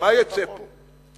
מה יצא פה?